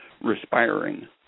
respiring